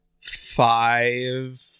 five